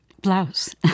blouse